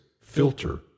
filter